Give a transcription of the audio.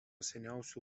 seniausių